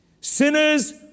sinners